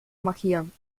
markieren